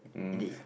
indeed